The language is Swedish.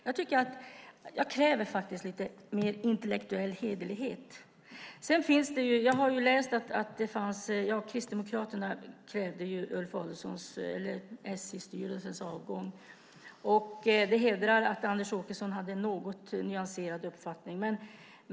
Jag kräver faktiskt lite mer intellektuell hederlighet. Jag har läst att Kristdemokraterna krävde SJ-styrelsens avgång, och det hedrar Anders Åkesson att han hade en något nyanserad uppfattning.